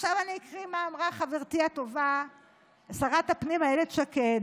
עכשיו אני אקריא מה אמרה חברתי הטובה שרת הפנים אילת שקד.